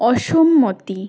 অসম্মতি